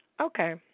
Okay